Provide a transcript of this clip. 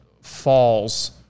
falls